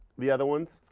the other ones,